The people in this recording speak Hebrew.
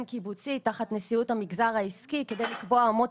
קיבוצי תחת נשיאות המגזר העסקי כדי לקבוע אמות